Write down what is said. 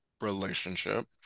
relationship